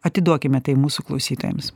atiduokime tai mūsų klausytojams